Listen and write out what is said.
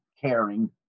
caring